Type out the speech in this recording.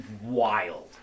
wild